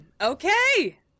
Okay